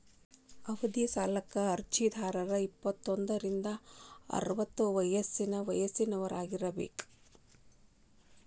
ಅವಧಿ ಸಾಲಕ್ಕ ಅರ್ಜಿದಾರ ಇಪ್ಪತ್ತೋಂದ್ರಿಂದ ಅರವತ್ತ ವರ್ಷ ವಯಸ್ಸಿನವರಾಗಿರಬೇಕ